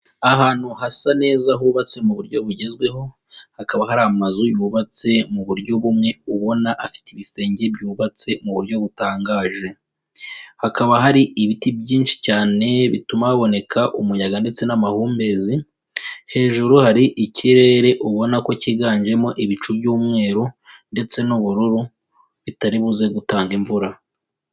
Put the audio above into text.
Ahantu hasa neza hubatse mu buryo bugezweho, hakaba hari amazu yubatse mu buryo bumwe ubona afite ibisenge byubatse mu buryo butangaje, hakaba hari ibiti byinshi cyane bituma haboneka umuyaga ndetse n'amahumbezi, hejuru hari ikirere ubona ko cyiganjemo ibicu by'umweru ndetse n'ubururu bitari buze gutanga imvura.